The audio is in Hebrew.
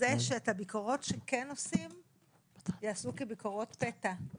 שאת הביקורות שעושים יעשו כביקורת פתע.